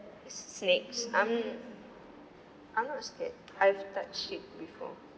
snakes I'm I'm not scared I've touched it before